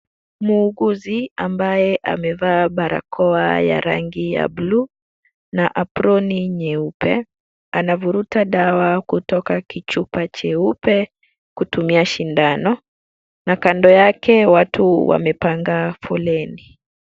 Muuguzi ambaye amevaa barakoa ya rangi ya blue na aproni nyeupe, anavuruta dawa kutoka kichupa cheupe kutumia sindano na kando yake watu wamepanga foleni.